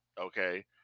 okay